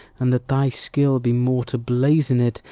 and that thy skill be more to blazon it,